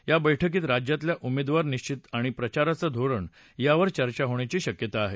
या बैठकीत राज्यातल्या उमेदवार निश्चिती आणि प्रचाराचं धोरण यावर चर्चा होण्याची शक्यता आहे